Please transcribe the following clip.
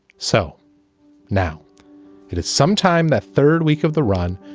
so now it is sometime the third week of the run.